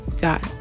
God